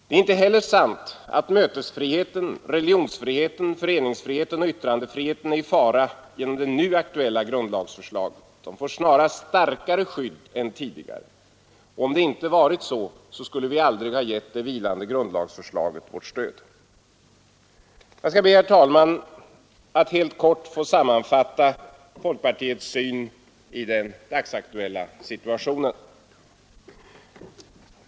Det är inte heller sant att mötesfriheten, religionsfriheten, föreningsfriheten och yttrandefriheten är i fara genom det nu aktuella grundlagsförslaget. De får snarast starkare skydd än tidigare. Om det inte varit så skulle vi aldrig ha gett det vilande grundlagsförslaget vårt stöd. Jag skall be, herr talman, att helt kort få sammanfatta folkpartiets syn i den dagsaktuella situationen.